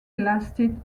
lasted